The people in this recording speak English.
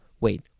Wait